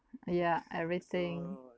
uh yeah everything